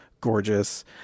gorgeous